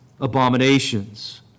abominations